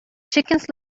chickens